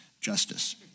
justice